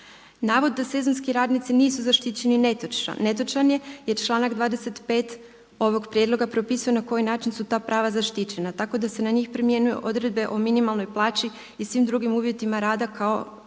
Navod da sezonski radnici nisu zaštićeni netočan je jer članak 25. ovog prijedloga propisuje na koji način su ta prava zaštićena, tako da se na njih primjenjuju odredbe o minimalnoj plaći i svim drugim uvjetima rada kao